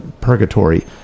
purgatory